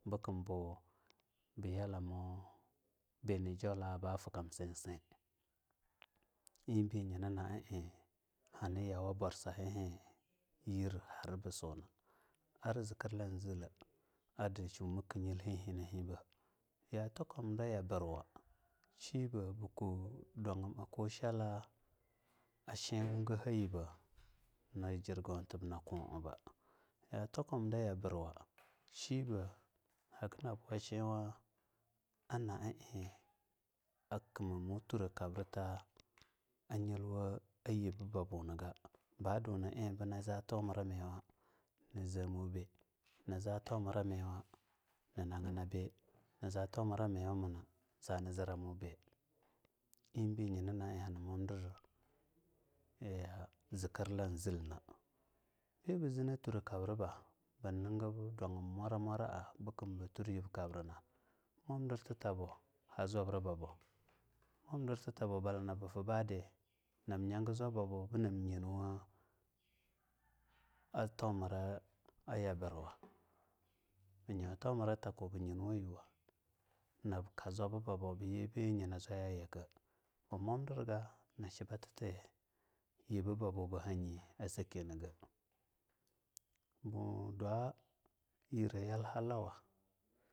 Bukumbu biya lamou be ni jaulaa ba fa kam sai sai imbe nyina na ie ee hani yau na yirna aborsahehe kari suna ar zikirla zela adi shubuku nyilhihinahibe, yar tokumra yabirwa shibe ba ku dwagumla akushela ashiwugaha a yibbe na jirgwauta, na ku aba ya tokumra yabirwa shi be hage nab washiwa a na ee akimamu yelwa yibbabuniga ba duni ee bu naza tomiramiwa na zeemube ni za tomira miwa ni naginamu be ni za tomiramiwa zani zira mube eebe, nyinanaae hani momdi zikirla zie na bibazina torakabriba bi nigib dwagim mwora-mwora bukum be tur yib kabrana mwomdirtabo ha zwab ribabo mwodirtitabo balana bufa baadi nab nyaga zwabebabo bi nabnyaga zwabebabo binab yinwa tomumra ya bir wa bu nyau tomara tako bu jimwo nyuwo nab kaa zwababo nyibe nye na zwaya yake ba mwomdirga a shibatati yibbabu ba hanyi abu sa kinega ma dwa yira a yau halawa.